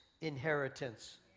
inheritance